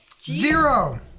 Zero